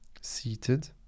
seated